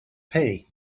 pay